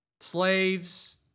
slaves